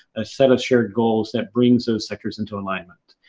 a set of shared goals, that brings those sectors into alignment.